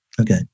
Okay